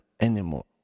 anymore